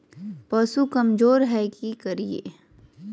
पशु कमज़ोर है कि करिये?